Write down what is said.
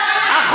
כן.